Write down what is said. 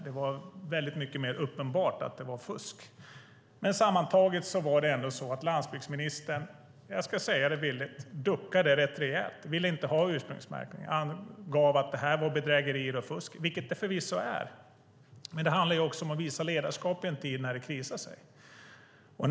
Det var mycket mer uppenbart att det var fusk. Sammantaget var det ändå så att landsbygdsministern, jag ska säga det bildlikt, duckade rätt rejält. Han ville inte ha ursprungsmärkning. Han angav att det här var bedrägerier och fusk, vilket det förvisso är, men det handlar ju också om att visa ledarskap i en tid när det krisar.